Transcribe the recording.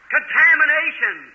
Contamination